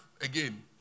again